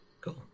Cool